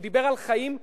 הוא דיבר על חיים משותפים,